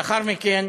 לאחר מכן